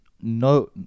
no